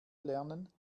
lernen